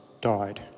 died